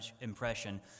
impression